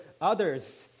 others